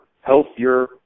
healthier